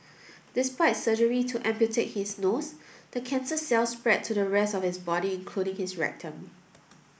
despite surgery to amputate his nose the cancer cells spread to the rest of his body including his rectum